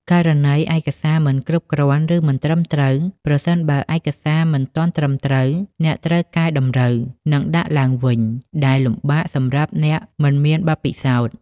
ករណីឯកសារមិនគ្រប់គ្រាន់ឬមិនត្រឹមត្រូវ ប្រសិនបើឯកសារមិនទាន់ត្រឹមត្រូវ អ្នកត្រូវកែតម្រូវ និងដាក់ឡើងវិញ ដែលលំបាកសម្រាប់អ្នកមិនមានបទពិសោធន៍។